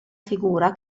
figura